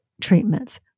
treatments